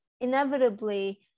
inevitably